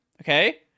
Okay